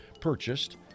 purchased